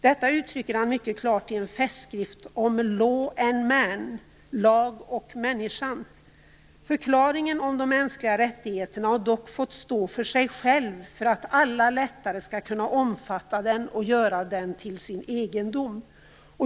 Detta uttrycker han mycket klart i en festskrift om Law and Man, dvs, Lagen och människan. Förklaringen om de mänskliga rättigheterna har dock fått stå för sig själv, för att alla lättare skall kunna omfatta den och göra den till sin egendom.